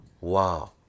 wow